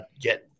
get